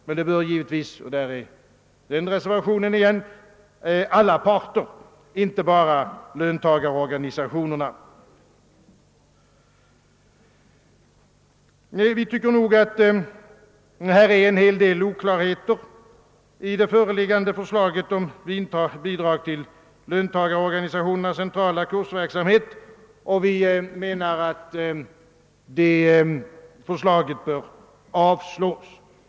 Men här bör givetvis alla parter delta, inte bara löntagarorganisationernas medlemmar. Vi tycker nog att det föreliggande förslaget har en hel del oklarheter, då det inte upptar bidrag till löntagarorganisationernas centrala kursverksamhet. Vi menar därför att detta förslag bör avslås.